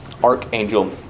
Archangel